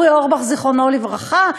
זיכרונו לברכה,